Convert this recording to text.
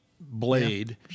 blade